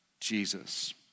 Jesus